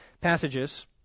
passages